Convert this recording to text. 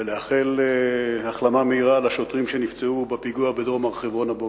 ולאחל החלמה מהירה לשוטרים שנפצעו בפיגוע בדרום הר-חברון הבוקר.